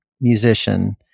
musician